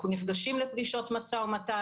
אנחנו נפגשים לפגישות משא ומתן.